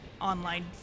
online